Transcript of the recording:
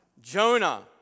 Jonah